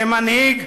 כמנהיג,